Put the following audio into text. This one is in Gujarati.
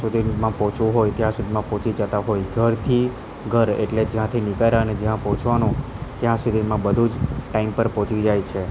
સુધીમાં પહોંચવું હોય ત્યાં સુધીમાં પહોંચી જતા હોય ઘરથી ઘર એટલે જ્યાંથી નીકળ્યા ને જ્યાં પહોંચવાનું ત્યાં સુધીમાં બધું જ ટાઈમ પર પહોંચી જાય છે